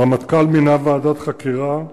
הרמטכ"ל מינה ועדת חקירה,